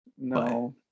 No